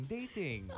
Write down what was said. Dating